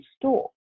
store